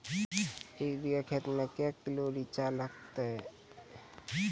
एक बीघा खेत मे के किलो रिचा लागत?